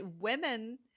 women